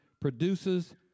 produces